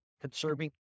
conserving